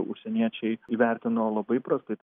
užsieniečiai įvertino labai prastai